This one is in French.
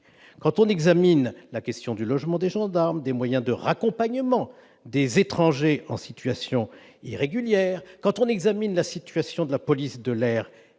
quand on examine la question du logement, des gendarmes, des moyens de raccompagnement des étrangers en situation irrégulière, quand on examine la situation de la police de l'air et